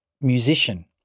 musician